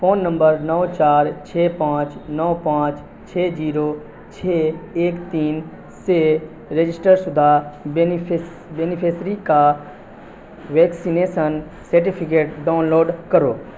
phone number نو چار چھ پانچ نو پانچ چھ جیرو چھ ایک تین سے رجسٹر شدہ بینیفس بینیفسری کا ویکسینیسن سرٹیفکیٹ ڈاؤنلوڈ کرو